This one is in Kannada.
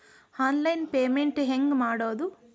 ಆನ್ಲೈನ್ ಪೇಮೆಂಟ್ ಹೆಂಗ್ ಮಾಡೋದು?